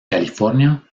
california